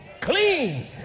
clean